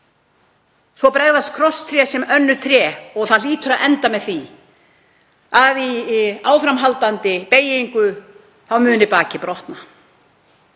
svo bregðast krosstré sem önnur tré, og það hlýtur að enda með því að í áframhaldandi beygingu muni bakið brotna.